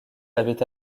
l’avait